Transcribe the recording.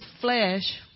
flesh